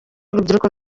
urubyiruko